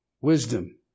Wisdom